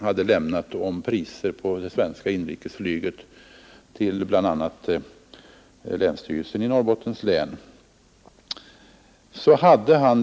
Han hade bl a. till länsstyrelsen i Norrbottens län lämnat uppgifter om priser på det svenska inrikesflyget.